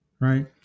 right